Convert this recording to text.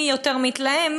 מי יותר מתלהם,